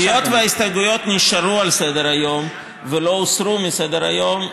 אז היות שההסתייגויות נשארו על סדר-היום ולא הוסרו מסדר-היום,